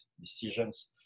decisions